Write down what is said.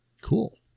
Cool